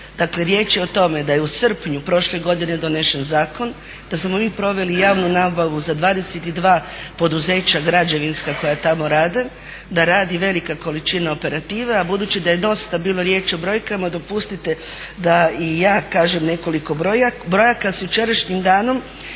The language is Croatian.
Dakle riječ je o tome da je u srpnju prošle godine donesen zakon, da smo mi proveli javnu nabavu za 22 poduzeća građevinska koja tamo rade, da radi velika količina operative, a budući da je dosta bilo riječi o brojkama dopustite da i ja kažem nekoliko brojaka. S jučerašnjim danom